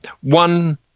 One